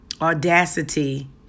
audacity